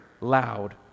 loud